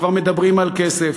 כבר מדברים על כסף,